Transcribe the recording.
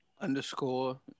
Underscore